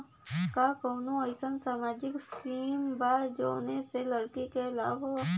का कौनौ अईसन सामाजिक स्किम बा जौने से लड़की के लाभ हो?